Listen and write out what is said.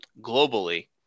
globally